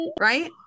Right